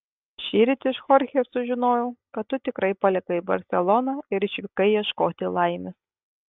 šįryt iš chorchės sužinojau kad tu tikrai palikai barseloną ir išvykai ieškoti laimės